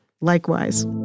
Likewise